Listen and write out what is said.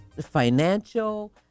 financial